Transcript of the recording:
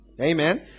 amen